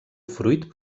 fruit